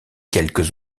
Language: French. quelques